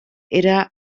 era